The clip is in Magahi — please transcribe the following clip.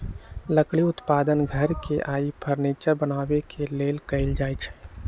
लकड़ी उत्पादन घर आऽ फर्नीचर बनाबे के लेल कएल जाइ छइ